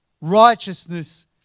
Righteousness